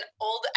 old